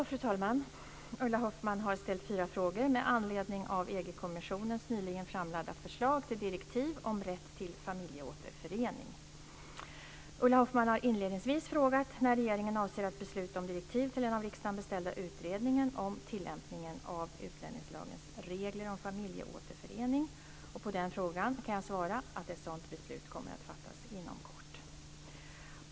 Fru talman! Ulla Hoffmann har ställt fyra frågor med anledning av EG-kommissionens nyligen framlagda förslag till direktiv om rätt till familjeåterförening. Ulla Hoffmann har inledningsvis frågat när regeringen avser att besluta om direktiv till den av riksdagen beställda utredningen om tillämpningen av utlänningslagens regler om familjeåterförening. På den frågan kan jag svara att ett sådant beslut kommer att fattas inom kort.